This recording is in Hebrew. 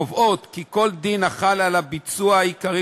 הקובעות כי כל דין החל על הביצוע העיקרי